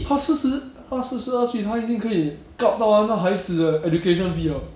他四十他四十二岁他已经可以 kup 到完他孩子的 education fee liao